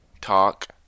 talk